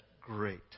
great